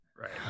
Right